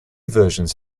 versions